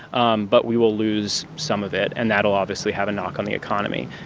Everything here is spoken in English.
um but we will lose some of it. and that'll, obviously, have a knock on the economy.